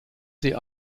sie